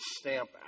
stamp